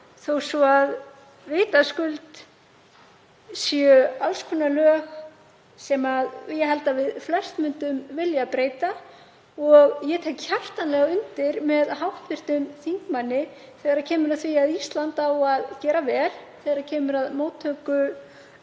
þó svo að vitaskuld séu alls konar lög sem ég held að við flest myndum vilja breyta. Ég tek hjartanlega undir með hv. þingmanni þegar kemur að því að Ísland eigi að gera vel þegar kemur að móttöku